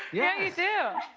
yeah you do.